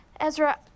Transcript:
Ezra